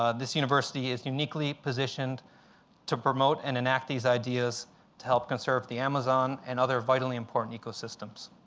ah this university is uniquely positioned to promote and enact these ideas to help conserve the amazon and other vitally important ecosystems.